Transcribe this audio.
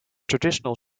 traditional